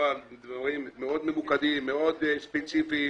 שמדובר בדברים מאוד ממוקדים, מאוד ספציפיים.